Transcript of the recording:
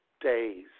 days